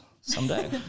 someday